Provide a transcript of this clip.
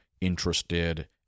interested